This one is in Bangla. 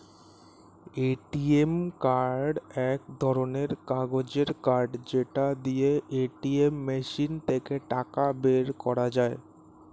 এ.টি.এম কার্ড এক ধরণের কাগজের কার্ড যেটা দিয়ে এটিএম মেশিন থেকে টাকা বের করা যায়